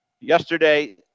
yesterday